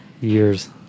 years